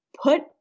put